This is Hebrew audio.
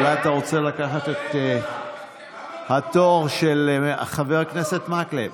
אולי אתה רוצה לקחת את התור של חבר הכנסת מקלב?